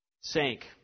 sank